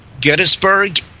Gettysburg